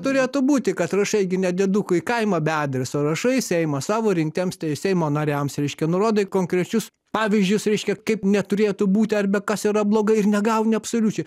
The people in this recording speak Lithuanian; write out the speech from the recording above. turėtų būti kad rašai gi ne diedukui į kaimą be adreso rašai į seimą savo rinktiems tai seimo nariams reiškia nurodai konkrečius pavyzdžius reiškia kaip neturėtų būti ar bet kas yra blogai ir negauni absoliučiai